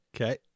Okay